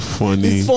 funny